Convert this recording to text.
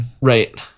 Right